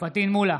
פטין מולא,